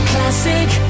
Classic